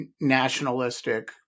nationalistic